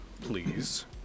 please